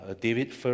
David